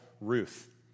Ruth